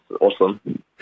awesome